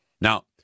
Now